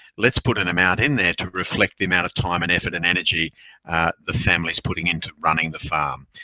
let's put an amount in there to reflect the amount of time and effort and energy the family's putting into running the farm.